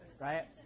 right